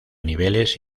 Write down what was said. niveles